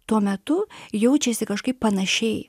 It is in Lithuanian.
tuo metu jaučiausi kažkaip panašiai